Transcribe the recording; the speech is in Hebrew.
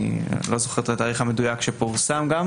אני לא זוכר את התאריך המדויק שהוא פורסם בו.